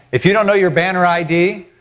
if you don't know your banner id,